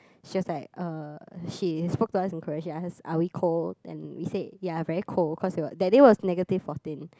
she was like uh she spoke to us in Korean she ask are we cold and we said ya very cold cause it was that day was negative fourteen